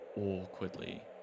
awkwardly